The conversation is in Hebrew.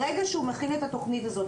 ברגע שהוא מכין את התכנית הזו,